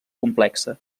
complexa